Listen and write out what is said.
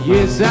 Yes